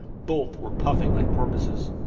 both were puffing like porpoises.